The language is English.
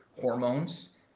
hormones